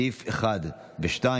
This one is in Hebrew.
סעיפים 1 ו-2,